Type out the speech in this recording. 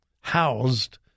housed